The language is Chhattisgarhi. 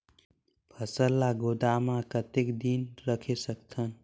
फसल ला गोदाम मां कतेक दिन रखे सकथन?